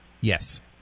Yes